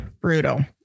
brutal